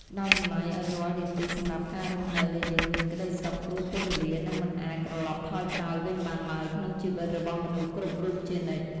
ផ្ដល់តម្លៃឱ្យរាល់នាទីសម្រាប់ការរស់នៅដែលយើងមានក្ដីសុខព្រោះពេលវេលានឹងមិនអាចត្រឡប់ថយក្រោយវិញបានឡើយក្នុងជីវិតរបស់មនុស្សគ្រប់រូបជានិច្ច។